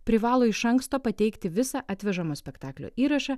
privalo iš anksto pateikti visą atvežamo spektaklio įrašą